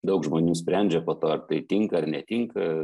daug žmonių sprendžia po to ar tai tinka ar netinka